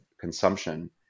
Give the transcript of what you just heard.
consumption